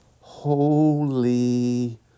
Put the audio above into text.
Holy